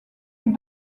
eut